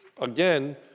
Again